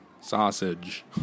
sausage